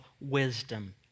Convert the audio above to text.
wisdom